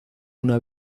una